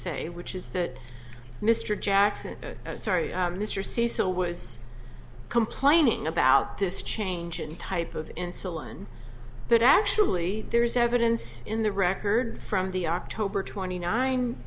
say which is that mr jackson sorry mr c so was complaining about this change and type of insulin but actually there is evidence in the records from the october twenty nine